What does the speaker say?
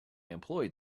employed